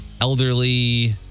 elderly